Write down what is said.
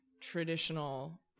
traditional